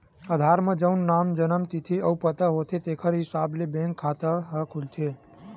आधार म जउन नांव, जनम तिथि अउ पता होथे तेखर हिसाब ले बेंक खाता ह खुलथे